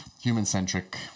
human-centric